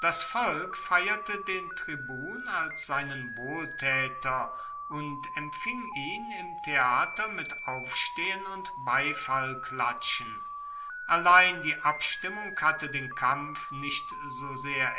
das volk feierte den tribun als seinen wohltäter und empfing ihn im theater mit aufstehen und beifallklatschen allein die abstimmung hatte den kampf nicht so sehr